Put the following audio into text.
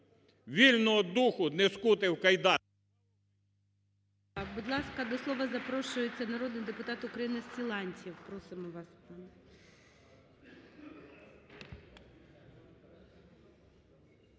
Вільного духу не скути в кайданах!